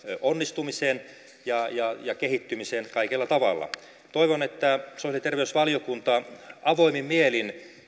onnistumisen ja ja kehittymisen kaikella tavalla toivon että sosiaali ja terveysvaliokunta avoimin mielin